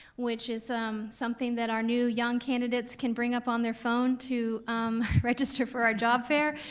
which is something that our new young candidates can bring up on their phone to register for our job fair,